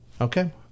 Okay